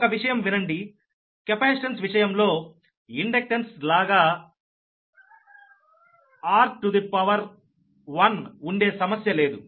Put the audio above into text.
ఒక విషయం వినండి కెపాసిటెన్స్ విషయంలో ఇండక్టెన్స్ లాగా r1 ఉండే సమస్య లేదు